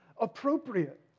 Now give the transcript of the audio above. appropriate